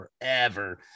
forever